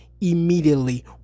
immediately